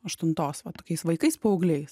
aštuntos va tokiais vaikais paaugliais